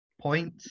Point